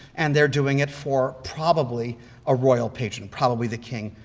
and they're doing it for probably a royal patron. probably the king.